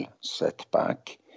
setback